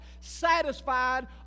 satisfied